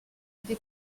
été